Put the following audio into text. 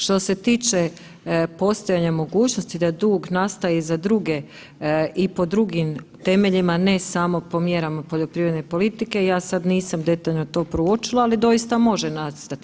Što se tiče postojanja mogućnosti da dug nastaje za druge i po drugim temeljima ne samo po mjerama poljoprivredne politike, ja sada nisam to detaljno proučila ali doista može nastati.